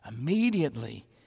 immediately